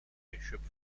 geschöpft